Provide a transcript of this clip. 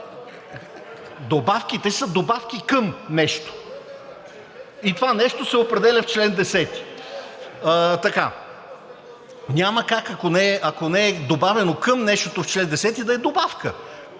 Добавките са добавки към нещо и това нещо се определя в чл. 10. Няма как, ако не е добавено към нещото в чл. 10, да е добавка,